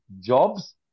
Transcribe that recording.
jobs